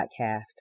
podcast